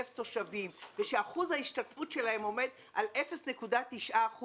תושבים ושאחוז ההשתתפות שלהן עומד על 0.9%,